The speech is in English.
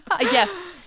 Yes